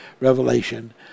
revelation